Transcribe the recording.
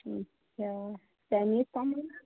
अच्छा क्या मिलता है